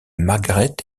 margaret